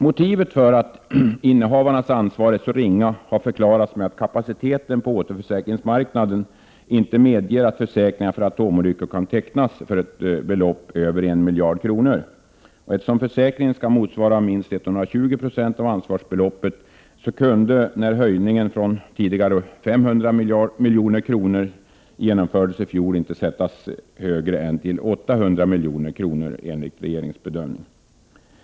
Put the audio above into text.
Motivet för att innehavarnas ansvar är så ringa har förklarats med att kapaciteten på återförsäkringsmarknaden inte medger att försäkringar för atomolyckor kan tecknas för ett belopp över 1 miljard kronor. Eftersom försäkringen skall motsvara minst 120 26 av ansvarsbeloppet kunde detta, när höjningen från tidigare 500 miljoner genomfördes i fjol, enligt regeringens bedömning ej sättas högre än till 800 milj.kr.